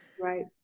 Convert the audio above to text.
Right